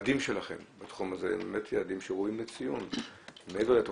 שהוא לא בעל מאגר המידע וקופת החולים היא בעלת מאגר המידע.